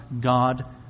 God